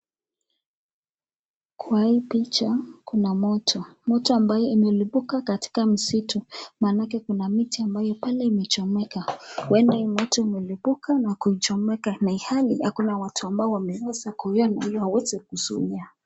Kwa hii picha kuna moto, moto ambaye imelipuka katika msitu maanake kuna miti ambayo pale imechomeka huenda moto imelipuka na kuchomeka na ilhali hakuna watu wameweza kuiona ili waweze kuizuia.